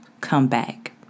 comeback